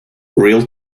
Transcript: real